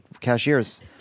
cashiers